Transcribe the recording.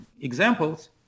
examples